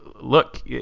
look